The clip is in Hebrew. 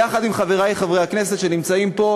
יחד עם חברי, חברי הכנסת, שנמצאים פה,